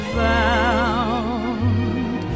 found